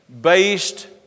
based